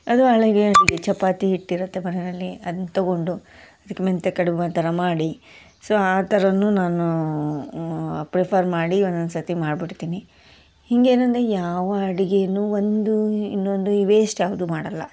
ಅದು ಚಪಾತಿ ಹಿಟ್ಟಿರುತ್ತೆ ಮನೆಯಲ್ಲಿ ಅದ್ನ ತೊಗೊಂಡು ಅದಕ್ಕೆ ಮೆಂತೆ ಕಡುಬು ಆ ಥರ ಮಾಡಿ ಸೊ ಆ ಥರವೂ ನಾನು ಪ್ರಿಫರ್ ಮಾಡಿ ಒಂದೊಂದು ಸರ್ತಿ ಮಾಡ್ಬಿಡ್ತೀನಿ ಹೀಗೇ ಏನಂದ್ರೆ ಯಾವ ಅಡುಗೆನೂ ಒಂದು ಇನ್ನೊಂದು ಈ ವೇಸ್ಟ್ ಯಾವುದೂ ಮಾಡೋಲ್ಲ